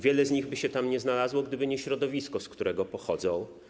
Wiele z nich by się tam nie znalazło, gdyby nie środowisko, z którego pochodzą.